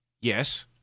Yes